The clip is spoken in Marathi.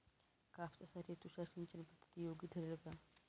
कापसासाठी तुषार सिंचनपद्धती योग्य ठरेल का?